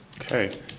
okay